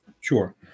Sure